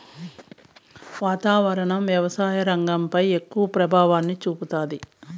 వాతావరణం వ్యవసాయ రంగంపై ఎక్కువ ప్రభావాన్ని చూపుతాది